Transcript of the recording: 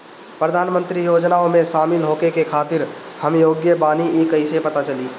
प्रधान मंत्री योजनओं में शामिल होखे के खातिर हम योग्य बानी ई कईसे पता चली?